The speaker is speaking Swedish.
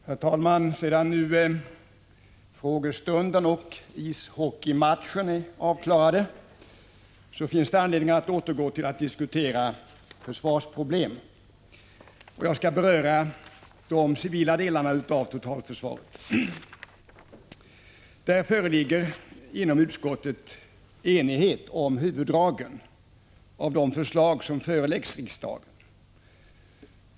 Herr talman! Sedan frågestunden och ishockeymatchen är avklarade finns det anledning att återgå till att diskutera försvarsproblem. Jag skall beröra de civila delarna av totalförsvaret. I fråga om totalförsvarets civila delar föreligger inom utskottet enighet om huvuddragen av de förslag som föreläggs riksdagen.